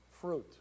fruit